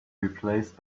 replaced